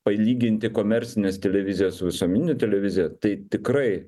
palyginti komercines televizijas su visuomenine televizija tai tikrai